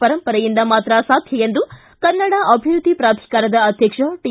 ಪರಂಪರೆಯಿಂದ ಮಾತ್ರ ಸಾಧ್ಯ ಎಂದು ಕನ್ನಡ ಅಭಿವೃದ್ಧಿ ಪ್ರಾಧಿಕಾರದ ಅಧ್ವಕ್ಷ ಟಿ